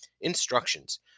Instructions